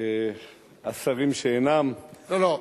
השרים שאינם, לא, לא.